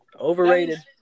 Overrated